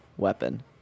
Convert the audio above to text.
weapon